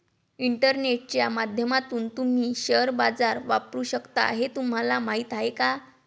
इंटरनेटच्या माध्यमातून तुम्ही शेअर बाजार वापरू शकता हे तुम्हाला माहीत आहे का?